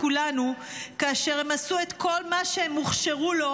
כולנו כאשר הם עשו את כל מה שהם הוכשרו לו,